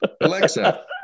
Alexa